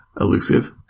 elusive